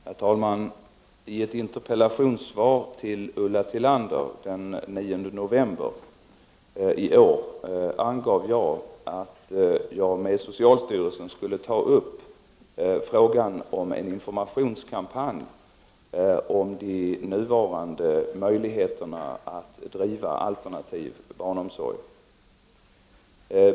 Herr talman! I ett interpellationssvar till Ulla Tillander den 9 november i år angav jag att jag med socialstyrelsen skulle ta upp frågan om en informationskampanj om de nuvarande möjligheterna att driva alternativ barnomsorg.